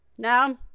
No